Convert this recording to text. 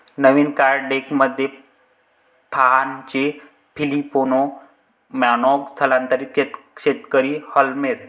नवीन card डेकमध्ये फाहानचे Filipino मानॉन्ग स्थलांतरित शेतकरी हार्लेम